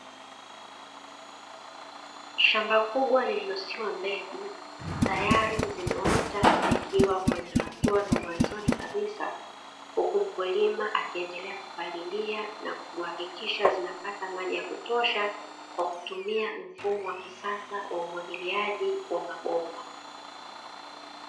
Shamba kubwa lililosiwa mbegu, tyari zimeota zikiwa kwenye hatua za mwanzoni kabisa, huku mkulima akiendelea kupalilia na kuhakikisha zinapata maji ya kutosha, kwa kutumia mfumo wa kisasa wa umwagiliaji wa mabomba.